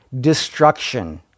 destruction